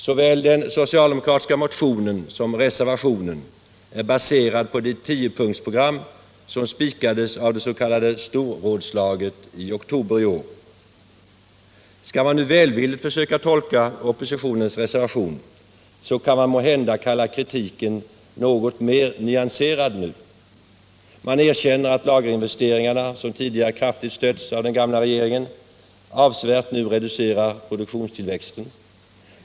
Såväl den socialdemokratiska motionen som reservationen är baserad på det tiopunktsprogram som spikades av det s.k. storrådslaget i oktober i år. Skall man nu välvilligt försöka tolka oppositionens reservation, kan man måhända säga att kritiken är något mer nyanserad nu. Man erkänner att lagerinvesteringarna, som tidigare kraftigt stötts av den gamla regeringen, avsevärt reducerar produktionstillväxten.